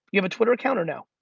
you have a twitter account or no?